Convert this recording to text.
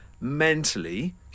mentally